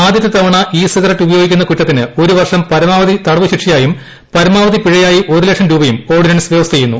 ആദ്യത്തെ തവണ e cigarette ഉപയോഗിക്കുന്ന കുറ്റത്തിന് ഒരു വർഷം പരമാവധി തടവ് ശിക്ഷയായും പരമാവധി പിഴയായി ഒരു ലക്ഷം രൂപയും ഓർഡിനൻസ് വ്യവസ്ഥ ചെയ്യുന്നു